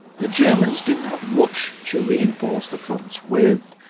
the germans didn't have much to reinforce the front with.